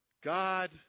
God